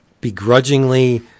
begrudgingly